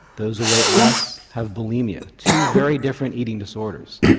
those who wait less have bulimia two very different eating disorders.